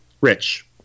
Rich